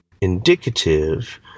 indicative